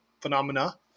phenomena